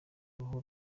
uruhu